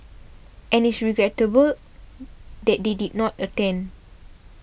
and it's regrettable that they did not attend